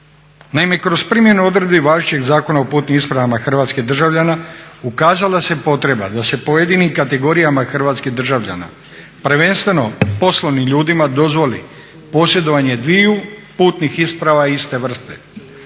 kroz primjenu odredbi važećeg Zakona o putnim ispravama hrvatskih državljana ukazala se potreba da se pojedinim kategorijama hrvatskih državljana prvenstveno poslovnim ljudima dozvoli posjedovanje dviju putnih isprava iste vrste.